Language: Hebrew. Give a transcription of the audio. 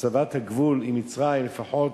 הצבת הגבול עם מצרים לפחות